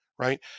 right